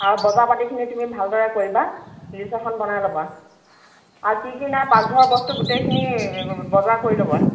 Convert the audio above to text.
আৰু বজাৰ পাতিখিনি তুমি ভাল দৰে কৰিবা লিষ্ট এখন বনাই ল'বা আৰু কি কি নাই পাকঘৰৰ বস্তু গোটেইখিনি বজাৰ কৰি ল'বা